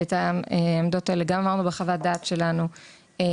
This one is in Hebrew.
ואת העמדות האלה גם אמרנו בחוות הדעת שלנו לתוכנית,